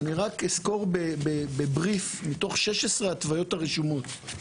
אני רק אסקור בבריף מתוך 16 ההתוויות הרשומות,